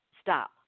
Stop